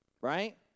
Right